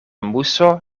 muso